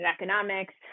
economics